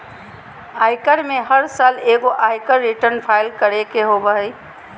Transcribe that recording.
आयकर में हर साल एगो आयकर रिटर्न फाइल करे के होबो हइ